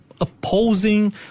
opposing